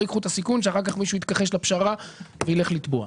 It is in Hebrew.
ייקחו את הסיכון שאחר כך מישהו יתכחש לפשרה ויילך לתבוע.